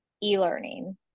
e-learning